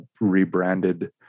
rebranded